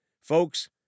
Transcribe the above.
Folks